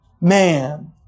man